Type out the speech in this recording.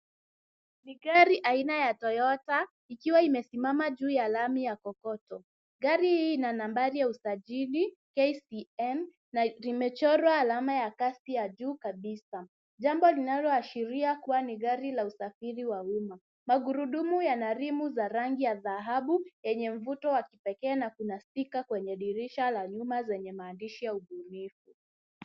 Ni gari aina ya toyota, ikiwa imesimama juu ya lami ya kokoto. Gari hii ina nambari ya usajili KCM na imechorwa alama ya cast ya juu kabisa. Jambo linaloashiria kuwa ni gari la usafiri wa umma. Magurudumu yana rimu za rangi ya dhahabu, yenye mvuto wa kipekee na kuna stika kwenye dirisha la nyuma zenye maandishi ya ubunifu.